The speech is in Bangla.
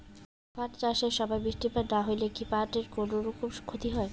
পাট চাষ এর সময় বৃষ্টিপাত না হইলে কি পাট এর কুনোরকম ক্ষতি হয়?